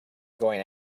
going